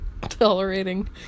tolerating